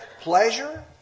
pleasure